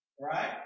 right